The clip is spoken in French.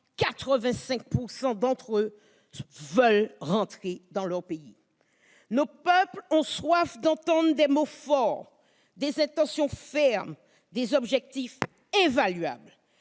85 % d'entre eux veulent rentrer dans leur pays. Nos peuples ont soif d'entendre des mots forts, des intentions fermes, des objectifs évaluables